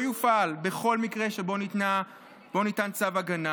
הפיקוח האלקטרוני לא יופעל בכל מקרה שבו ניתן צו הגנה